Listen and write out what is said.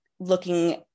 looking